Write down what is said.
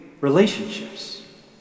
relationships